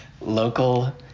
local